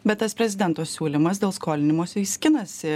bet tas prezidento siūlymas dėl skolinimosi jis skinasi